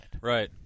Right